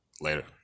Later